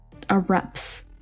erupts